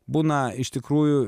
būna iš tikrųjų